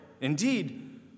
Indeed